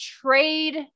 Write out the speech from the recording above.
trade